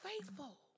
faithful